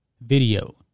video